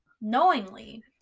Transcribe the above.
knowingly